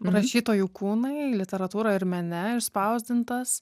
rašytojų kūnai literatūroje ir mene išspausdintas